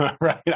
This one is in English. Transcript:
right